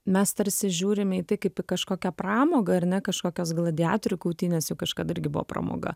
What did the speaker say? mes tarsi žiūrime į tai kaip į kažkokią pramogą ar ne kažkokios gladiatorių kautynės juk kažkada irgi buvo pramoga